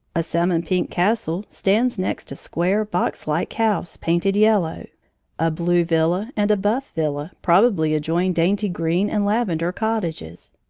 a salmon-pink castle stands next a square, box-like house, painted yellow a blue villa and a buff villa probably adjoin dainty green and lavender cottages,